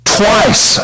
twice